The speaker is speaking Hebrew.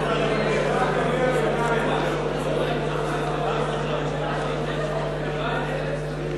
חירום: רבותי, מי בעד ההמלצה, יצביע בעד, מי שנגד,